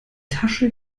tasche